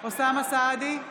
אוסאמה סעדי,